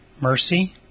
mercy